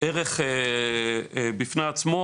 ערך בפני עצמן,